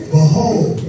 Behold